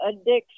addiction